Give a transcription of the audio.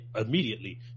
immediately